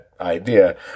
idea